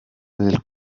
del